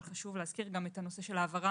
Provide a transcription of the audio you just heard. אבל חשוב להזכיר גם את הנושא של העברה